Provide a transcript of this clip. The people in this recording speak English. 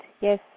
Yes